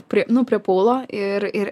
prie nu prie pūlo ir ir